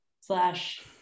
slash